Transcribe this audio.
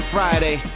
Friday